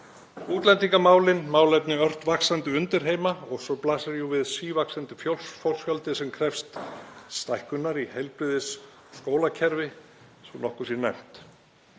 útlendingamálin, málefni ört vaxandi undirheima, og svo blasir við sívaxandi fólksfjöldi sem krefst stækkunar heilbrigðis- og skólakerfis, svo nokkuð sé nefnt.